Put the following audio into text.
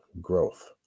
growth